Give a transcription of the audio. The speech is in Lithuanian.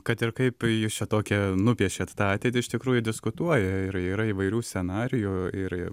kad ir kaip jus čia tokią nupiešėt tą ateitį iš tikrųjų diskutuoja ir yra įvairių scenarijų irgi